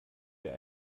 wir